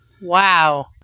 Wow